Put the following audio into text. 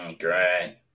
great